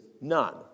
none